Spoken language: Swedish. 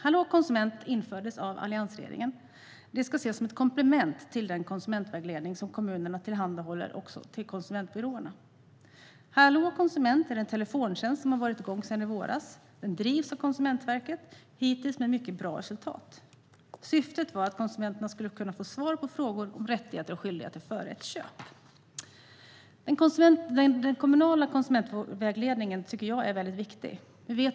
Hallå konsument infördes av alliansregeringen och ska ses som ett komplement till den konsumentvägledning som kommunerna tillhandahåller och till konsumentbyråerna. Hallå konsument är en telefontjänst som varit igång sedan i våras. Den drivs av Konsumentverket - hittills med mycket bra resultat. Syftet är att konsumenter ska kunna få svar på frågor om rättigheter och skyldigheter före och efter köp. Den kommunala konsumentvägledningen är viktig.